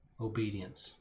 Obedience